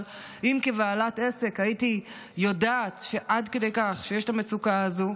אבל אם כבעלת עסק הייתי יודעת שעד כדי כך יש את המצוקה הזו,